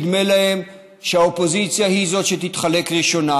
נדמה להם שהאופוזיציה היא שתחליק ראשונה,